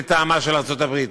לטעמה של ארצות-הברית,